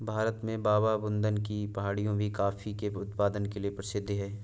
भारत में बाबाबुदन की पहाड़ियां भी कॉफी के उत्पादन के लिए प्रसिद्ध है